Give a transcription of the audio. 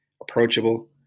approachable